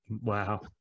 Wow